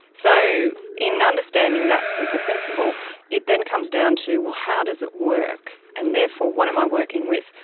so in understanding that simple principle it then comes down to, well, how does it work, and therefore what am i working with?